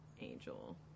Angel